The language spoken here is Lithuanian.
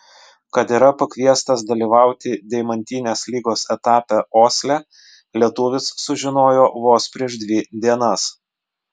kad yra pakviestas dalyvauti deimantinės lygos etape osle lietuvis sužinojo vos prieš dvi dienas